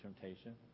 temptation